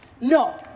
No